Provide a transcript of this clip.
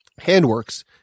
Handworks